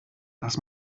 das